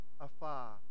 afar